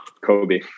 Kobe